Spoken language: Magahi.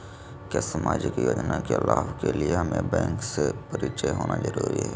क्या सामाजिक योजना के लाभ के लिए हमें बैंक से परिचय होना जरूरी है?